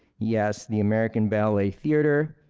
yes, the american ballet theater,